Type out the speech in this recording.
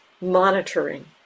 monitoring